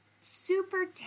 super